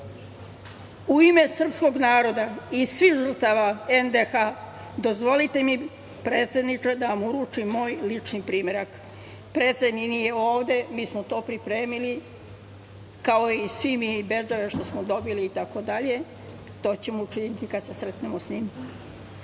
ime srpskog naroda i svih žrtava NDH dozvolite mi, predsedniče, da vam uručim moj lični primerak. Predsednik nije ovde, mi smo to pripremili, kao i svi mi bedževe što smo dobili itd. To ćemo učiniti kada se sretnemo sa njim.